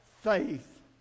faith